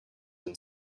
and